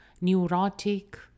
Neurotic